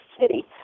city